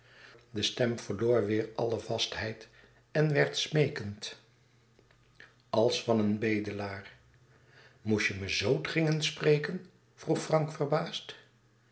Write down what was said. de stem verloor weêr alle vastheid en werd smeekend als van een bedelaar moest je me zoo dringend spreken vroeg frank verbaasd